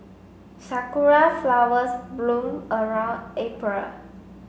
sakura flowers bloom around April